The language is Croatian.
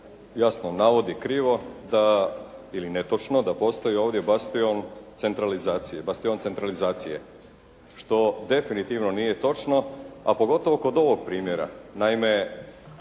jasno navodi krivo, da ili netočno, da postoji ovdje bastion centralizacije, što definitivno nije točno, a pogotovo kod ovog primjera. Naime,